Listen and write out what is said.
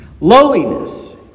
lowliness